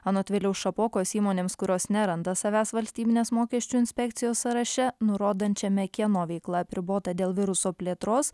anot viliaus šapokos įmonėms kurios neranda savęs valstybinės mokesčių inspekcijos sąraše nurodančiame kieno veikla apribota dėl viruso plėtros